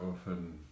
often